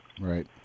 Right